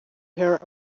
her